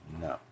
No